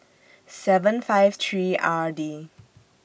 seven five three R D